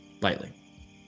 Lightly